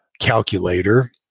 calculator